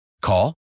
Call